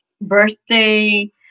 birthday